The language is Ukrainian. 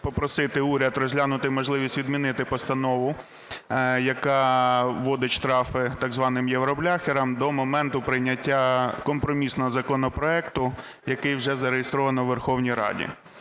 попросити уряд розглянути можливість відмінити постанову, яка вводить штрафи так званим "євробляхерам", до моменту прийняття компромісного законопроекту, який вже зареєстровано у Верховній Раді.